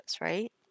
right